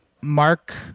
mark